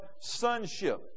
sonship